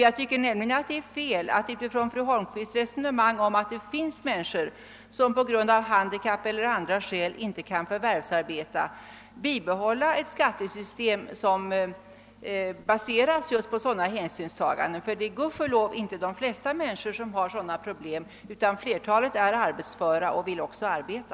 Jag tycker att det är fel att utifrån fru Holmqvists resonemang om att det finns människor som på grund av handikapp eller av andra skäl inte kan förvärvsarbeta bibehålla ett skattesystem som baseras på sådana hänsynstaganden. Gudskelov har inte de flesta människor sådana problem utan flertalet är arbetsföra och vill också arbeta.